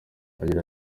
agira